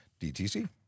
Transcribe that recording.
DTC